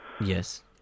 Yes